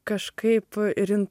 kažkaip ir in